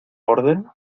orden